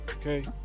Okay